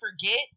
forget